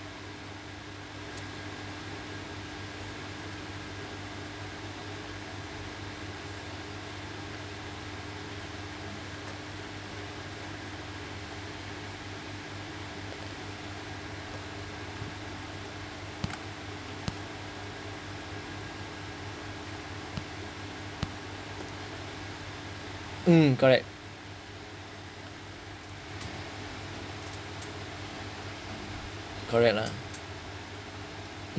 mm correct correct lah